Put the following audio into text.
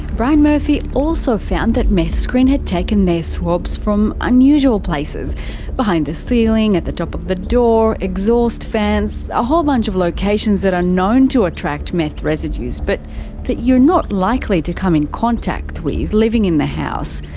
brian murphy also found that meth screen had taken their swabs from unusual places behind the ceiling, at the top of the door, exhaust fans a whole bunch of locations that are known to attract meth residues but that you're not likely to come in contact with living in the house.